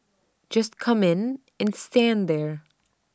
just come in and stand there